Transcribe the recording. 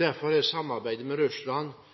Derfor er samarbeidet med Russland